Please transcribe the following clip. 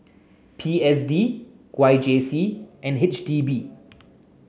P S D Y J C and H D B